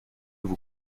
vous